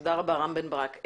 תודה רבה, רם בן ברק.